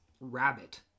rabbit